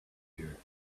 here